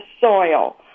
soil